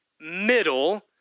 middle